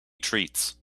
treats